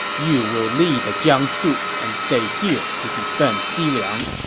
you will lead the jiang troops and stay here to defend xiliang.